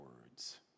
words